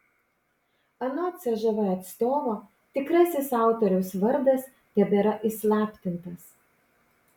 anot cžv atstovo tikrasis autoriaus vardas tebėra įslaptintas